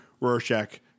rorschach